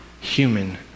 human